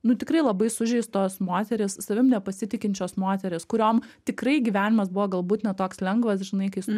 nu tikrai labai sužeistos moterys savim nepasitikinčios moterys kuriom tikrai gyvenimas buvo galbūt ne toks lengvas žinai kai su